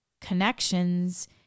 connections